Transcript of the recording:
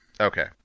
Okay